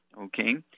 okay